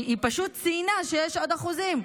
היא פשוט ציינה שיש עוד אחוזים.